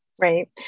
Right